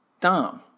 Dom